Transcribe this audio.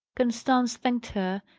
constance thanked her,